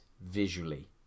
visually